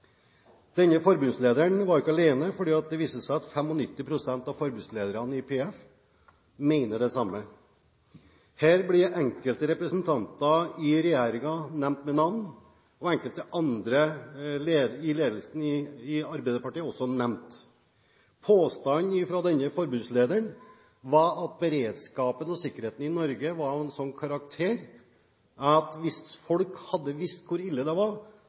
Denne forbundslederen var ikke alene, for det viste seg at 95 pst. av forbundslederne i PF mener det samme. Her blir enkelte representanter i regjeringen nevnt med navn, og enkelte andre i ledelsen i Arbeiderpartiet blir også nevnt. Påstanden fra denne forbundslederen var at beredskapen og sikkerheten i Norge var av en slik karakter at hvis folk hadde visst hvor ille det var,